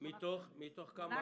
מתוך כמה?